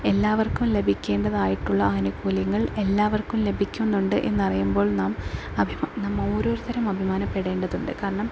എല്ലാവർക്കും ലഭിക്കേണ്ടതായിട്ടുള്ള ആനുകൂല്യങ്ങൾ എല്ലാവർക്കും ലഭിക്കുന്നുണ്ട് എന്നറിയുമ്പോൾ നാം അഭിമാ നാം ഓരോരുത്തരും അഭിമാനപ്പെടേണ്ടതുണ്ട് കാരണം